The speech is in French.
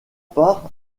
part